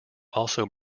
also